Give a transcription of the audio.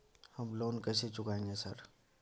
हम लोन कैसे चुकाएंगे सर?